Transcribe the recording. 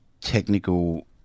technical